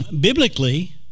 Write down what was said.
Biblically